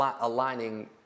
aligning